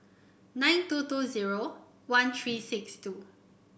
nine two two zero one three six two